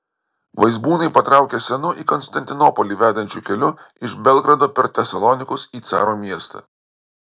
vaizbūnai patraukė senu į konstantinopolį vedančiu keliu iš belgrado per tesalonikus į caro miestą